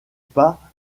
pas